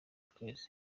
kwezi